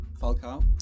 Falcao